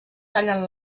tallen